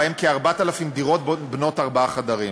ובהם כ-4,000 דירות בנות ארבעה חדרים.